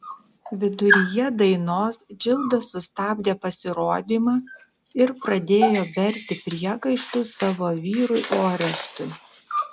viduryje dainos džilda sustabdė pasirodymą ir pradėjo berti priekaištus savo vyrui orestui